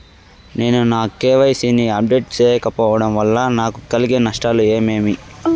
నేను నా కె.వై.సి ని అప్డేట్ సేయకపోవడం వల్ల నాకు కలిగే నష్టాలు ఏమేమీ?